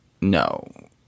No